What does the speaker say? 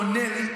הוא עונה לי,